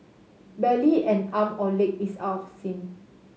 barely an arm or leg is out of sync